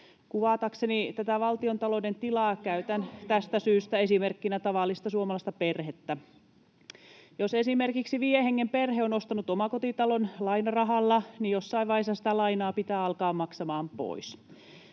Kuvatakseni tätä valtiontalouden tilaa käytän tästä syystä esimerkkinä tavallista suomalaista perhettä. Jos esimerkiksi viiden hengen perhe on ostanut omakotitalon lainarahalla, niin jossain vaiheessa sitä lainaa pitää alkaa maksamaan pois.